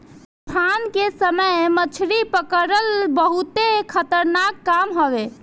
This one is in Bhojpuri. तूफान के समय मछरी पकड़ल बहुते खतरनाक काम हवे